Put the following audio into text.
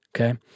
Okay